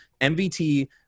MVT